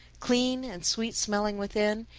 clean and sweet-smelling within,